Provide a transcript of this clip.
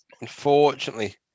unfortunately